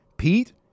Pete